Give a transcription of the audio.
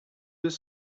deux